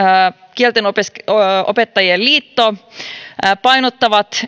kieltenopettajien liitto painottavat